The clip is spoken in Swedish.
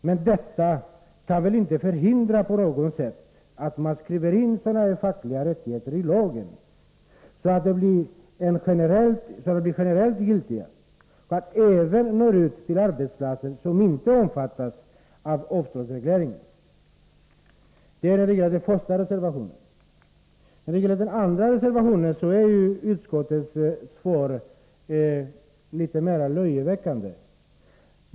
Men det kan väl inte på något sätt förhindra att man skriver in sådana här fackliga rättigheter i lagen så att de blir generellt giltiga, dvs. även på arbetsplatser som inte omfattas av avtalsregleringar. Detta gäller alltså den första reservationen. Beträffande vår andra reservation är utskottets svar litet mer löjeväckande.